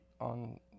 on